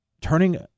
turning